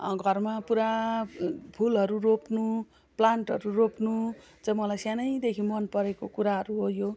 घरमा पुरा फुलहरू रोप्नु प्लान्टहरू रोप्नु चाहिँ मलाई सानैदेखि मन परेको कुराहरू हो यो